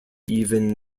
even